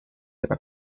era